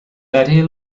betty